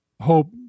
hope